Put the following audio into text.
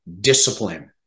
discipline